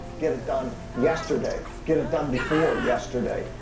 get it done yesterday. get it done before yesterday.